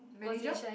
manager